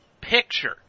picture